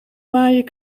waaien